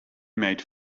made